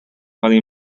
funny